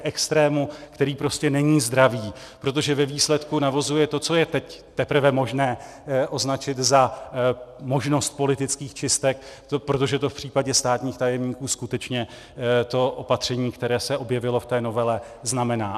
K extrému, který prostě není zdravý, protože ve výsledku navozuje to, co je teď teprve možné označit za možnost politických čistek, protože to v případě státních tajemníků skutečně to opatření, které se objevilo v té novele, znamená.